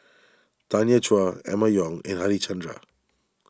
Tanya Chua Emma Yong and Harichandra